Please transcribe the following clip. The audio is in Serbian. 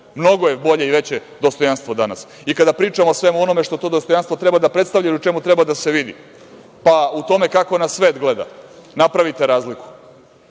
Mnogo je bolje i veće dostojanstvo danas. I kada pričamo o svemu onome što to dostojanstvo treba da predstavlja i u čemu treba da se vidi. Pa, u tome kako nas svet gleda, napravite razliku. Kada